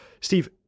Steve